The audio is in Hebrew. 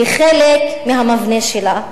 הן חלק מהמבנה שלה,